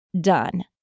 done